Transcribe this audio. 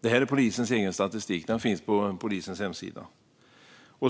Detta är från polisens egen statistik som finns på deras hemsida.